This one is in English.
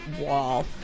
wall